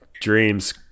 dreams